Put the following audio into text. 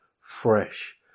fresh